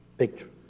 picture